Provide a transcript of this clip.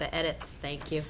the edits thank you